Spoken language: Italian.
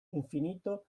infinito